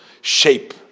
shape